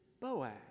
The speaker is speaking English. Boaz